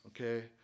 Okay